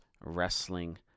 Wrestling